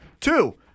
Two